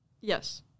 yes